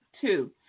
Two